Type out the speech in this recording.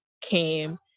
came